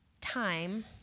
time